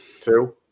two